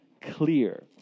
clear